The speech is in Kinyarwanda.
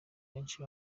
benshi